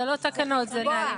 אלה לא תקנות אלא נהלים.